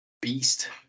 beast